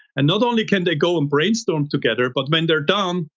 and not only can they go and brainstorm together, but when they're done,